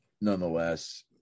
nonetheless